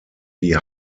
die